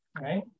right